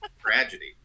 Tragedy